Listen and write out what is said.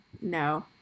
No